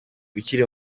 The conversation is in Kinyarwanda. ukiri